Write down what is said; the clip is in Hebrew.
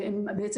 הן בעצם